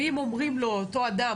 ואם אומרים לאותו אדם,